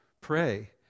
pray